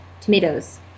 Tomatoes